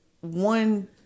one